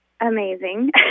amazing